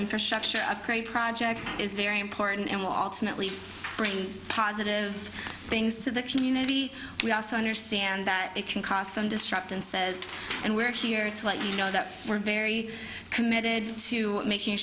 infrastructure upgrade project is very important and will ultimately bring positive things to the community we also understand that it can cost them disrupt and says and we're here to let you know that we're very committed to making